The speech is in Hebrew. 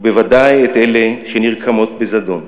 ובוודאי את אלה שנרקמות בזדון.